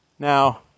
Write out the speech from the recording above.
Now